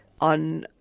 on